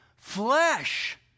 flesh